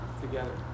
together